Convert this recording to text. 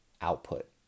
output